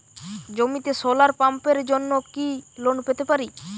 জমিতে সোলার পাম্পের জন্য কি লোন পেতে পারি?